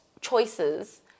choices